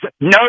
no